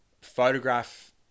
photograph